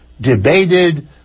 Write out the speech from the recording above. debated